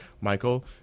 Michael